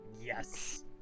yes